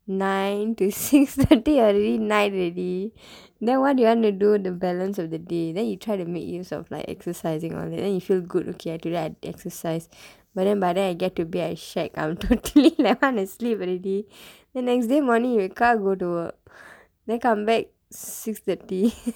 nine to six day a day already night already then what do you want to do in the balance of the day then you try to make use of like exercising on it then you feel good okay today I exercise but then but then I get to bed I like shag I'm totally like I want to sleep already then next day morning you wake up go to work then come back six thirty